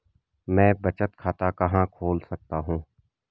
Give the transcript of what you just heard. मैं बचत खाता कहां खोल सकता हूँ?